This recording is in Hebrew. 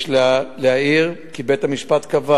יש להעיר כי בית-המשפט קבע